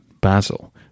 Basil